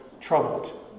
troubled